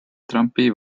trumpi